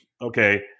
okay